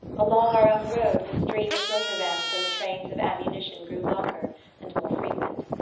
along our own road the stream of motor-vans and the trains of ammunition grew longer and more frequent.